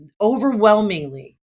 overwhelmingly